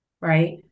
right